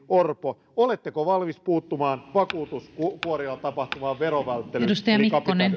orpo oletteko valmis puuttumaan vakuutuskuorilla tapahtuvaan verovälttelyyn eli